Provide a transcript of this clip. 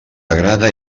agrada